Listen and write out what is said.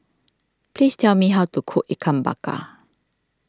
please tell me how to cook Ikan Bakar